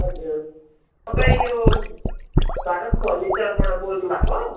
हजुर तपाईँ यो भारत फर्निचरबाट बोल्नुभएको